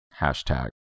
hashtag